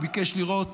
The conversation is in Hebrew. והוא ביקש לראות